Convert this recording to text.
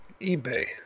eBay